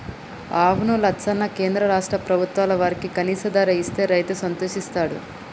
అవును లచ్చన్న కేంద్ర రాష్ట్ర ప్రభుత్వాలు వారికి కనీస ధర ఇస్తే రైతు సంతోషిస్తాడు